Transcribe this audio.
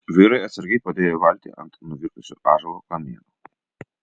vyrai atsargiai padėjo valtį ant nuvirtusio ąžuolo kamieno